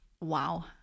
wow